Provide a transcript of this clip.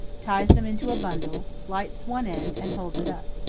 ties them into a bundle, lights one end, and holds it up.